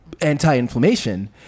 anti-inflammation